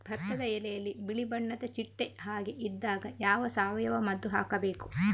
ಭತ್ತದ ಎಲೆಯಲ್ಲಿ ಬಿಳಿ ಬಣ್ಣದ ಚಿಟ್ಟೆ ಹಾಗೆ ಇದ್ದಾಗ ಯಾವ ಸಾವಯವ ಮದ್ದು ಹಾಕಬೇಕು?